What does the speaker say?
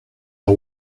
the